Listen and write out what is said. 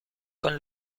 con